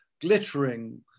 glittering